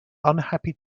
unhappy